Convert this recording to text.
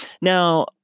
Now